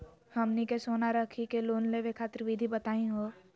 हमनी के सोना रखी के लोन लेवे खातीर विधि बताही हो?